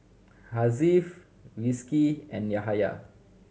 Hasif Rizqi and Yahaya